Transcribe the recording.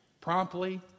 Promptly